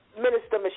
Minister